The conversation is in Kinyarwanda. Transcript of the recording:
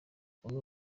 uno